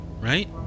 right